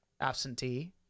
absentee